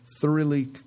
thoroughly